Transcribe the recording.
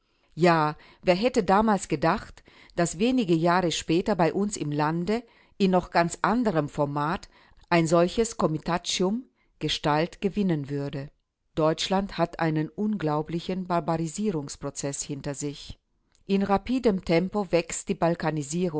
ja wer hätte damals gedacht daß wenige jahre später bei uns im lande in noch ganz anderem format ein solches komitatschitum gestalt gewinnen würde deutschland hat einen unglaublichen barbarisierungsprozeß hinter sich in rapidem tempo wächst die